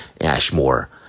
ashmore